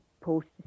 post